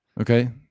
Okay